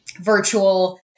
virtual